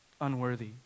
unworthy